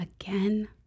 Again